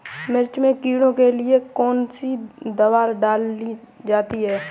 मिर्च में कीड़ों के लिए कौनसी दावा डाली जाती है?